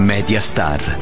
Mediastar